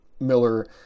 Miller